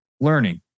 learning